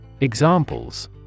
Examples